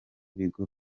bigo